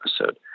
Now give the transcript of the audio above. episode